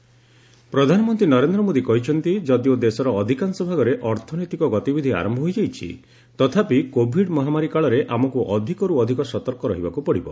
ମନ୍ କି ବାତ୍ ପ୍ରଧାନମନ୍ତ୍ରୀ ନରେନ୍ଦ୍ର ମୋଦୀ କହିଛନ୍ତି ଯଦିଓ ଦେଶର ଅଧିକାଂଶ ଭାଗରେ ଅର୍ଥନୈତିକ ଗତିବିଧି ଆରମ୍ଭ ହୋଇଯାଇଛି ତଥାପି କୋଭିଡ୍ ମହାମାରୀ କାଳରେ ଆମକୁ ଅଧିକରୁ ଅଧିକ ସତର୍କ ରହିବାକୁ ପଡ଼ିବ